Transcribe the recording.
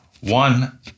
One